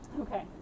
Okay